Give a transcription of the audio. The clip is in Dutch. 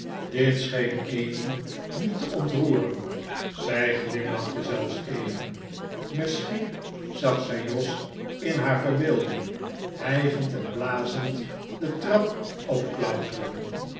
dit scheen emmy niet te ontroeren zij glimlachte zelfs even misschien zag zij jos in haar verbeelding hijgend en blazend de trap opklauteren